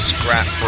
Scrap